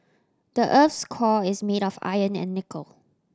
the earth's core is made of iron and nickel